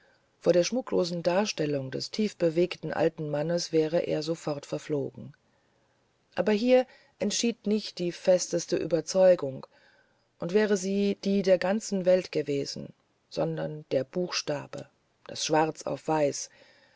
vor der schmucklosen darstellung des tiefbewegten alten mannes wäre er sofort verflogen aber hier entschied nicht die festeste ueberzeugung und wäre sie die der ganzen welt gewesen sondern der buchstabe das schwarz auf weiß